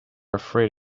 afraid